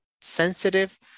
sensitive